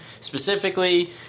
specifically